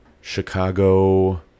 Chicago